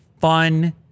fun